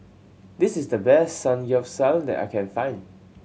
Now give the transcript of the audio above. this is the best Samgeyopsal that I can find